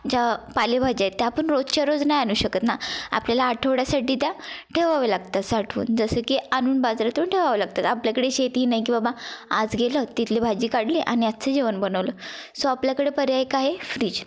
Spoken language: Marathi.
ज्या पालेभाज्या आहेत त्या आपण रोजच्या रोज नाही आणू शकत ना आपल्याला आठवड्यासाठी त्या ठेवाव्या लागतात साठवून जसं की आणून बाजारातून ठेवावं लागतात आपल्याकडे शेती नाही की बाबा आज गेलं तिथली भाजी काढली आणि आजचं जेवण बनवलं सो आपल्याकडे पर्याय काय आहे फ्रीज